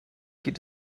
geht